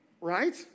right